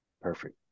Perfect